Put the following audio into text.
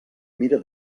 mira